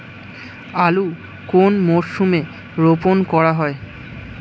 আলু কোন মরশুমে রোপণ করা হয়?